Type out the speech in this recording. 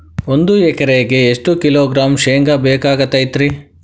ಒಂದು ಎಕರೆಗೆ ಎಷ್ಟು ಕಿಲೋಗ್ರಾಂ ಶೇಂಗಾ ಬೇಕಾಗತೈತ್ರಿ?